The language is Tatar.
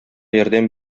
ярдәм